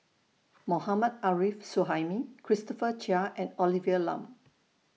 Mohammad Arif Suhaimi Christopher Chia and Olivia Lum